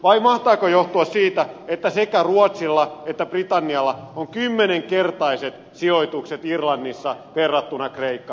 vai mahtaako johtua siitä että sekä ruotsilla että britannialla on kymmenkertaiset sijoitukset irlannissa verrattuna kreikkaan